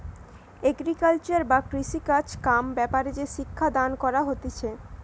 agriculture বা কৃষিকাজ কাম ব্যাপারে যে শিক্ষা দান কইরা হতিছে